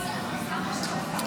סבבה.